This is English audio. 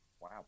Wow